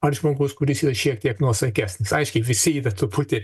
ar žmogus kuris yra šiek tiek nuosaikesnis aiškiai visi yra truputį